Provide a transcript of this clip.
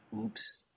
Oops